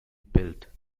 built